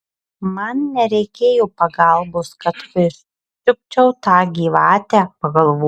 man nereikia pagalbos kad pričiupčiau tą gyvatę pagalvojo